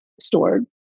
stored